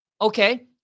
Okay